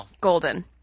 golden